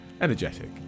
energetic